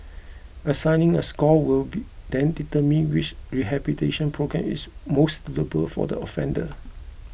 assigning a score will be then determine which rehabilitation programme is most suitable for the offender